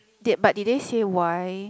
did but did they say why